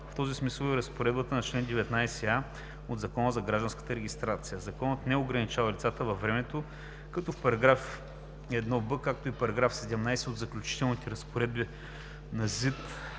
В този смисъл е и разпоредбата на чл. 19а от Закона за гражданската регистрация. Законът не ограничава лицата във времето, като в § 1б, както и в § 17 от Заключителните разпоредби на ЗИД